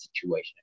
situation